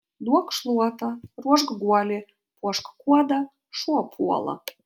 duok šluotą ruošk guolį puošk kuodą šuo puola